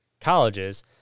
colleges